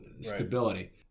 stability